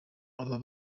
abo